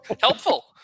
Helpful